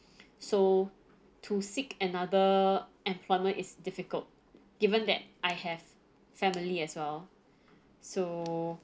so to seek another employment is difficult given that I have family as well so